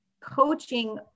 coaching